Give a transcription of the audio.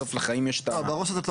בסוף לחיים את הפרקטיקה.